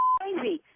crazy